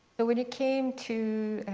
but when it came to,